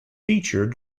featured